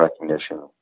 recognition